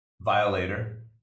violator